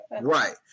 Right